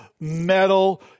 metal